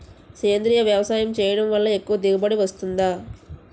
సేంద్రీయ వ్యవసాయం చేయడం వల్ల ఎక్కువ దిగుబడి వస్తుందా?